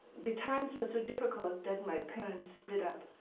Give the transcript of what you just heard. the times were so difficult that my parents split up.